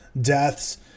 deaths